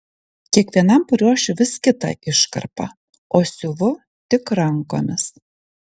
kiekvienam paruošiu vis kitą iškarpą o siuvu tik rankomis